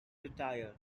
retired